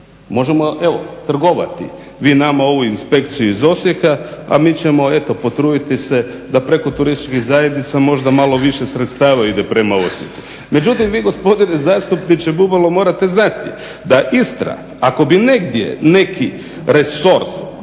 Možemo, evo trgovati. Vi nama ovu inspekciju iz Osijeka, a mi ćemo eto potruditi se da preko turističkih zajednica možda malo više sredstava ide prema Osijeku. Međutim, vi gospodine zastupniče Bubalo morate znati da Istra ako bi negdje neki resor,